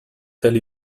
tell